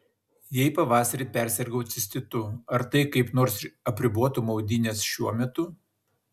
jei pavasarį persirgau cistitu ar tai kaip nors apribotų maudynes šiuo metu